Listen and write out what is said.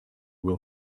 will